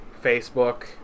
Facebook